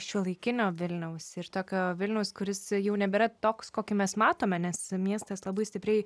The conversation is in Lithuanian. šiuolaikinio vilniaus ir tokio vilniaus kuris jau nebėra toks kokį mes matome nes miestas labai stipriai